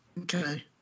Okay